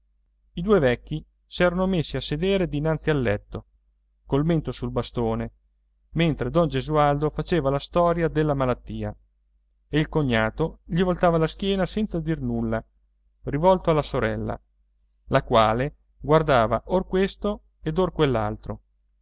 i due vecchi s'erano messi a sedere dinanzi al letto col mento sul bastone mentre don gesualdo faceva la storia della malattia e il cognato gli voltava la schiena senza dir nulla rivolto alla sorella la quale guardava or questo ed ora